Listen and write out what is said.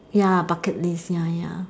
ya bucket list ya ya